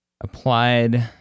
applied